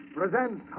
presents